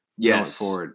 yes